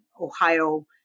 Ohio